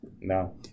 No